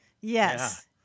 Yes